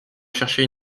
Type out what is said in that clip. chercher